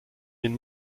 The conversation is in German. den